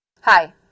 Hi